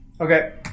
Okay